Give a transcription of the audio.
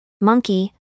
Monkey